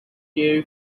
dairy